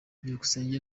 byukusenge